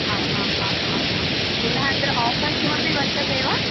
हा हा हा हा हा पुनः अत्र आफर् किमपि वर्तते वा